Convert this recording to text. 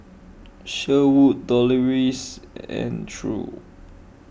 Sherwood Deloris and True